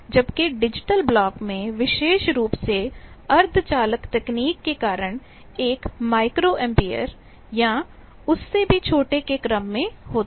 जबकि digital block में विशेष रूप से सेमीकंडक्टर semiconductorअर्ध चालक तकनीक के कारण यह माइक्रो एम्पीयर या उससे भी छोटे के क्रम में होती है